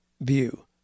view